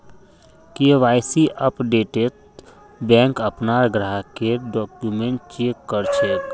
KYC अपडेटत bank अपनार ग्राहकेर डॉक्यूमेंट चेक कर छेक